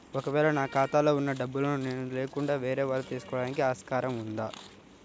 ఒక వేళ నా ఖాతాలో వున్న డబ్బులను నేను లేకుండా వేరే వాళ్ళు తీసుకోవడానికి ఆస్కారం ఉందా?